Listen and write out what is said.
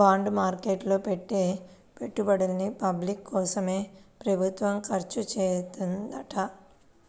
bond market లో పెట్టే పెట్టుబడుల్ని పబ్లిక్ కోసమే ప్రభుత్వం ఖర్చుచేత్తదంట